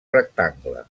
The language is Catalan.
rectangle